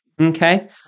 Okay